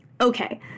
Okay